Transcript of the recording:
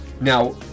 Now